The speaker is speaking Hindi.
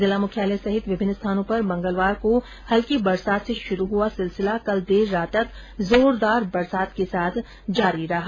जिला मुख्यालय सहित विभिन्न स्थानों पर मंगलवार को हल्की बरसात से शुरू हुआ सिलसिला कल देर रात तक जोरदार बरसात के साथ जारी रहा